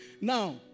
Now